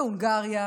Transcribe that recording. בהונגריה,